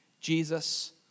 Jesus